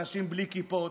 אנשים בלי כיפות,